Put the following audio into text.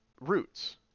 roots